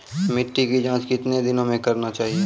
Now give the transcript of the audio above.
मिट्टी की जाँच कितने दिनों मे करना चाहिए?